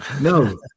No